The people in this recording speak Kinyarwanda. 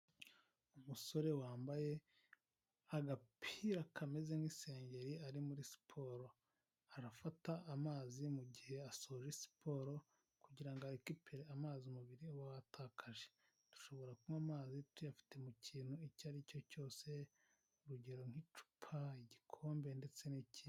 Umusore wambaye agapira kameze nk'isengeri ari muri siporo. Arafata amazi mu gihe asoje siporo kugira ngo arekipere amazi umubiri uba watakaje. Dushobora kunywa amazi tuyafite mu kintu icyo ari cyo cyose: urugero nk'icupa, igikombe ndetse n'ikindi.